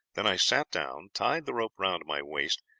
then i sat down, tied the rope round my waist,